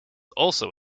also